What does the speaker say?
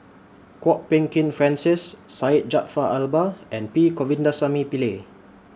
Kwok Peng Kin Francis Syed Jaafar Albar and P Govindasamy Pillai